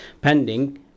pending